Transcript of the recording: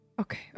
Okay